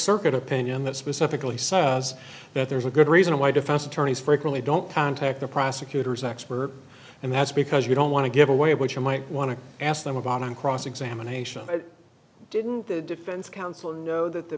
circuit opinion that specifically says that there's a good reason why defense attorneys frequently don't contact the prosecutor's expert and that's because you don't want to give away what you might want to ask them about on cross examination didn't the defense counsel know that the